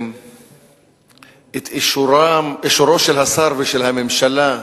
את אישורו של השר ושל הממשלה,